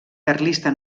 carlista